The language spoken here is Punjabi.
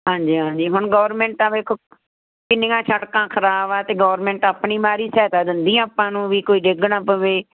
ਹਾਂਜੀ ਹਾਂਜੀ ਹੁਣ ਗੌਰਮੈਂਟਾਂ ਵੇਖੋ ਕਿੰਨੀਆਂ ਸੜਕਾਂ ਖਰਾਬ ਆ ਅਤੇ ਗੌਰਮੈਂਟ ਆਪਣੀ ਮਾਰੀ ਸਹਾਇਤਾ ਦਿੰਦੀ ਆ ਆਪਾਂ ਨੂੰ ਵੀ ਕੋਈ ਡਿੱਗ ਨਾ ਪਵੇ